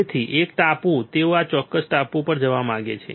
તેથી એક ટાપુ તેઓ આ ચોક્કસ ટાપુ ઉપર જવા માગે છે